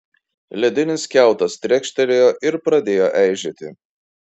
ledinis kiautas trekštelėjo ir pradėjo eižėti